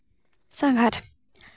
ᱥᱟᱸᱜᱷᱟᱨ